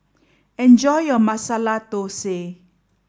enjoy your Masala Thosai